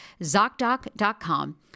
ZocDoc.com